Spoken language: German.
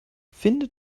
finde